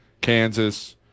kansas